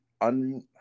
un-